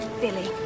Billy